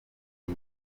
iyi